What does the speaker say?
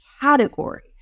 category